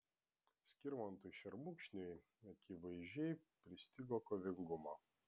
skirmantui šermukšniui akivaizdžiai pristigo kovingumo